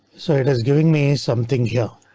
so it is giving me something here.